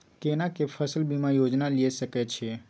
केना के फसल बीमा योजना लीए सके छी?